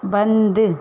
बंदि